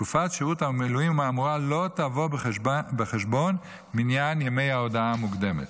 תקופת שירות המילואים האמורה לא תבוא בחשבון במניין ימי ההודעה המוקדמת.